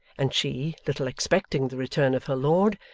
and she, little expecting the return of her lord,